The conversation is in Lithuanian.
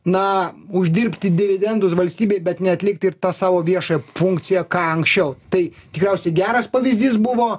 na uždirbti dividendus valstybei bet neatlikti ir tą savo viešą funkciją ką anksčiau tai tikriausiai geras pavyzdys buvo